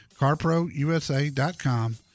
carprousa.com